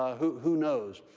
ah who who knows?